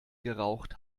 geraucht